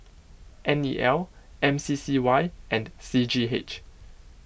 N E L M C C Y and C G H